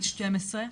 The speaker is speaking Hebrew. בת 12,